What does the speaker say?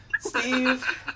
Steve